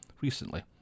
Recently